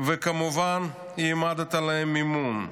וכמובן, העמדת להם מימון.